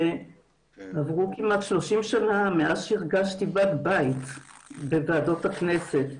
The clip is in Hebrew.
שעברו כמעט שלושים שנה מאז שהרגשתי בת בית בוועדות הכנסת.